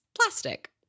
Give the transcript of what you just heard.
plastic